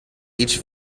each